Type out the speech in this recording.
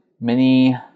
mini